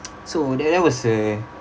so that that was a